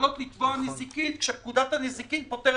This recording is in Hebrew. יכולות לתבוע נזיקין כשפקודת הנזיקין פוטרת